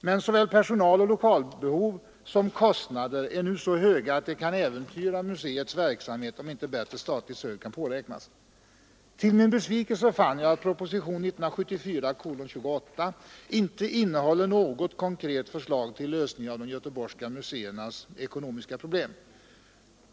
Men såväl personaloch lokalbehov som kostnader är nu så stora att de kan äventyra museets verksamhet, om inte bättre statligt stöd kan påräknas. Till min besvikelse fann jag att propositionen 1974:28 inte innehåller något konkret förslag till lösning av de göteborgska museernas ekonomiska problem.